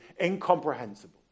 incomprehensible